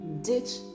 DITCH